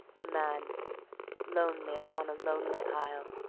a man lonely upon a lonely isle,